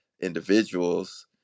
individuals